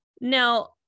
Now